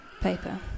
paper